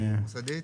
תימחק.